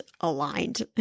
aligned